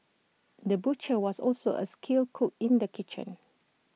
the butcher was also A skilled cook in the kitchen